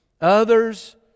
Others